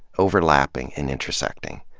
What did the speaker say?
overlapping and intersecting.